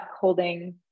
holding